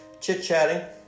chit-chatting